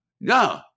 No